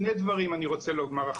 שני דברים אחרונים אני רוצה לומר,